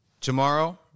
tomorrow